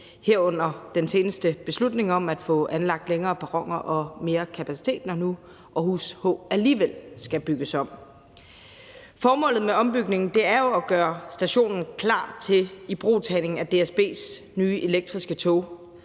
herunder den seneste beslutning om at få anlagt længere perroner og få mere kapacitet, når nu Aarhus H alligevel skal bygges om. Formålet med ombygningen er jo at gøre stationen klar til ibrugtagningen af DSB's nye elektriske tog,